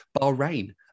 Bahrain